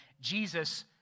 Jesus